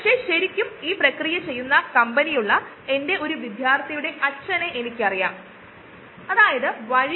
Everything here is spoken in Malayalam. കോഴ്സിന്റെ പ്രാരംഭ ഭാഗത്ത് നമ്മൾ ബയോ റിയാക്ടറെ ഈ പാത്രമായി നോക്കുകയും ഈ പാത്രത്തിനു ആവശ്യമായ കാര്യങ്ങൾ ചെയ്യുകയും ചെയ്യും ഇത് പിൻഭാഗത്തു ആകും ചെയ്യുന്നത്